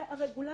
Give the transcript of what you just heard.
זה הרגולטור,